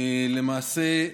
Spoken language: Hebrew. למעשה,